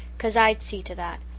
cause i'd see to that.